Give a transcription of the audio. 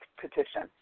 Petition